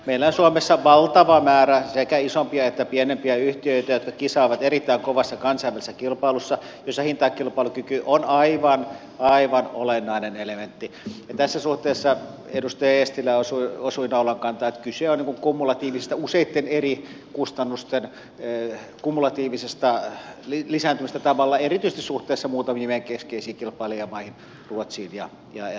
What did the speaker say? meillä on suomessa valtava määrä sekä isompia että pienempiä yhtiöitä jotka kisaavat erittäin kovassa kansainvälisessä kilpailussa jossa hintakilpailukyky on aivan aivan olennainen elementti ja tässä suhteessa edustaja eestilä osui naulankantaan että kyse on useitten eri kustannusten kumulatiivisesta lisääntymisestä erityisesti suhteessa muutamiin meidän keskeisiin kilpailijamaihimme ruotsiin ja saksaan